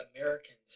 Americans